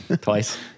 Twice